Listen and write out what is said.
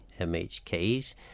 MHKs